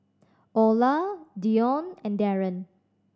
Olar Dione and Darren